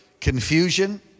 confusion